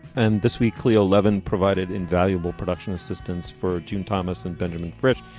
and this week cleo levon provided invaluable production assistance for june thomas and benjamin fresh.